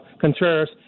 Contreras